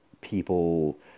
people